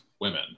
women